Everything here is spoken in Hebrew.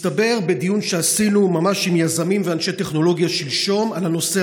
בדיון שעשינו ממש עם יזמים ואנשי טכנולוגיה שלשום על הנושא